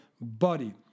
body